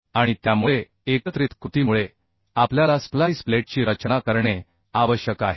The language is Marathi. आणि त्यामुळे एकत्रित कृतीमुळे आपल्याला स्प्लाइस प्लेटची रचना करणे आवश्यक आहे